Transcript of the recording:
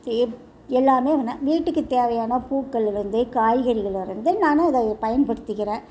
தேப் எல்லாமே வீட்டுக்குத் தேவையான பூக்களில் இருந்து காய்கறிகளில் இருந்து நானும் இதை பயன்படுத்திக்கிறேன்